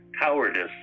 cowardice